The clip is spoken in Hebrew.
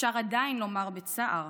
אפשר עדיין לומר בצער